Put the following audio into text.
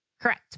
Correct